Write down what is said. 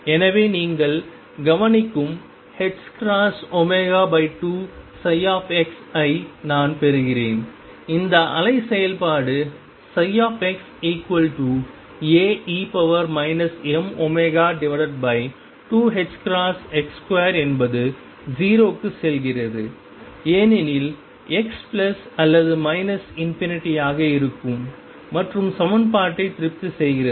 எனவே நீங்கள் கவனிக்கும் ℏω2x ஐ நான் பெறுகிறேன் இந்த அலை செயல்பாடு xAe mω2ℏx2என்பது 0 க்குச் செல்கிறது ஏனெனில் x பிளஸ் அல்லது மைனஸ் ∞ ஆக இருக்கும் மற்றும் சமன்பாட்டை திருப்தி செய்கிறது